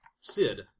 Sid